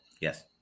yes